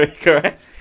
Correct